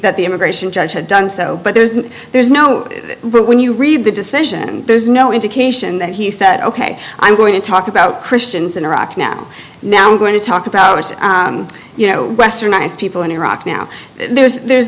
that the immigration judge had done so but there isn't there is no when you read the decision there's no indication that he said ok i'm going to talk about christians in iraq now now i'm going to talk about you know westernized people in iraq now there's